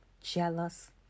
jealous